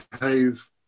behave